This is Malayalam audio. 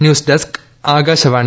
news desk Akashvani